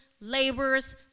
laborers